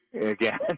again